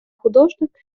художник